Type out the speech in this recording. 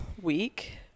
week